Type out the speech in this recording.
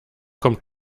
kommt